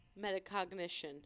Metacognition